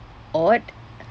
odd